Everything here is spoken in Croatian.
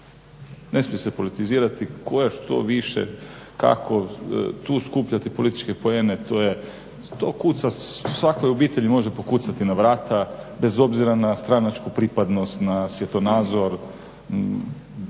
ne smije se politizirati tko je što više, kako, tu skupljati političke poene. To kuca, svakoj obitelji može pokucati na vrata bez obzira na stranačku pripadnost, na svjetonazor, boju